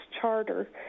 charter